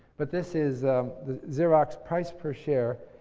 but this is xerox price per share,